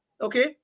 okay